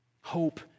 Hope